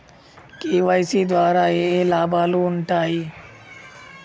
KYC ద్వారా ఏఏ లాభాలు ఉంటాయి?